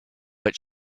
but